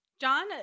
John